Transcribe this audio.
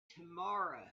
tomorrow